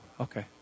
okay